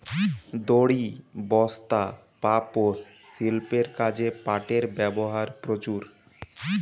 দড়ি, বস্তা, পাপোষ, শিল্পের কাজে পাটের ব্যবহার প্রচুর